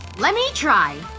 lemme try!